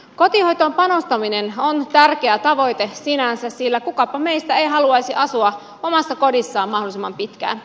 kotihoitoon panostaminen on tärkeä tavoite sinänsä sillä kukapa meistä ei haluaisi asua omassa kodissaan mahdollisimman pitkään